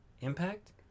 impact